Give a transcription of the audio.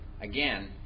Again